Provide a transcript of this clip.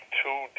two